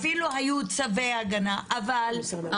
אפילו היו צווי הגנה --- הרחקה,